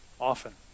often